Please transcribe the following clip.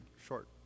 short